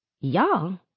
Y'all